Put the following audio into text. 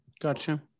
Gotcha